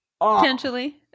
Potentially